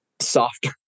softer